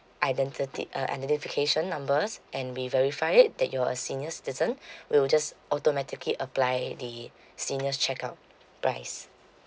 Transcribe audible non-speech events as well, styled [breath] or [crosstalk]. identity uh identification numbers and we verify it that you're a senior citizen [breath] we will just automatically apply the [breath] senior's checkout price